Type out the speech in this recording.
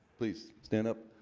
please stand up.